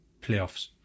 playoffs